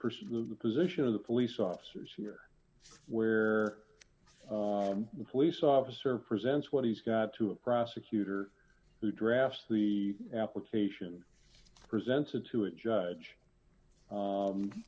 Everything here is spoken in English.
person of the position of the police officers here where the police officer presents what he's got to a prosecutor who drafts the application presented to a judge